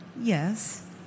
Yes